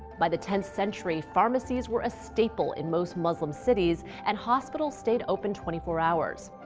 by the tenth century, pharmacies were a staple in most muslim cities, and hospitals stayed open twenty four hours.